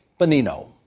Bonino